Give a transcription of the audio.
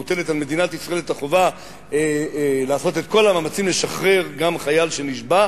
מוטלת על מדינת ישראל החובה לעשות את כל המאמצים לשחרר גם חייל שנשבה.